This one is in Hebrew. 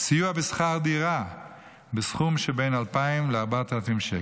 סיוע בשכר דירה בסכום שבין 2,000 ל-4,000 שקל,